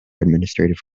administrative